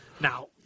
Now